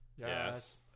Yes